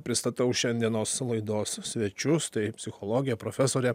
pristatau šiandienos laidos svečius taip psichologė profesorė